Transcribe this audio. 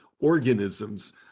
organisms